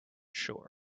sure